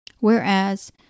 Whereas